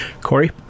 Corey